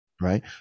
right